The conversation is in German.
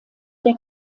der